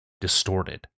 distorted